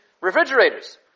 refrigerators